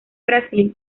brasil